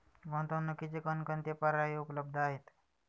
गुंतवणुकीचे कोणकोणते पर्याय उपलब्ध आहेत?